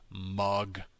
mug